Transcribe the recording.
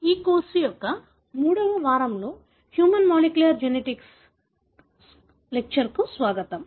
ఈ కోర్సు యొక్క మూడవ వారంలో హ్యూమన్ మాలిక్యూలర్ జెనెటిక్స్ కోర్స్ యొక్క మూడవ లెక్చర్ కి స్వాగతం